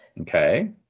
Okay